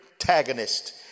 antagonist